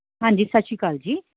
ਹਾਂਜੀ ਸਤਿ ਸ਼੍ਰੀ ਅਕਾਲ ਜੀ